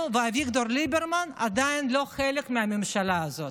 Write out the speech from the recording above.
ואביגדור ליברמן עדיין לא חלק מהממשלה הזאת?